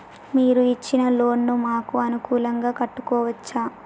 మీరు ఇచ్చిన లోన్ ను మాకు అనుకూలంగా కట్టుకోవచ్చా?